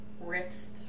rips